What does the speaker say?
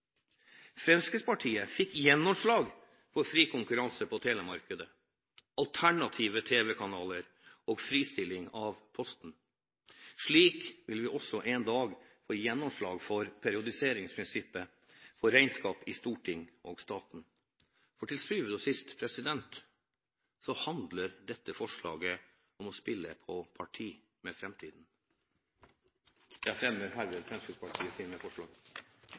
Fremskrittspartiet fikk gjennomslag for fri konkurranse på telemarkedet, alternative tv-kanaler og fristilling av Posten. Slik vil vi også en dag få gjennomslag for periodiseringsprinsippet for regnskap i Stortinget og i staten. For til syvende og sist handler dette forslaget om å spille på parti med framtiden. Jeg fremmer herved Fremskrittspartiets forslag.